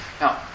Now